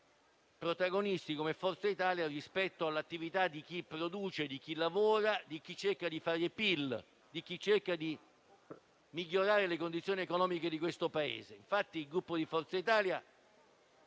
protagonisti rispetto all'attività di chi produce, di chi lavora, di chi cerca di fare PIL, per migliorare le condizioni economiche di questo Paese. Infatti, il Gruppo Forza Italia